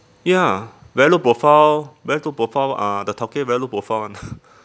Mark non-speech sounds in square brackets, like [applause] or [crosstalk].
ya very low profile very low profile uh the towkay very low profile [one] [laughs]